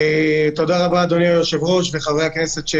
תודה רבה אדוני היושב ראש וחברי הכנסת.